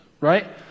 right